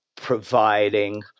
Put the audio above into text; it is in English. providing